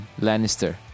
Lannister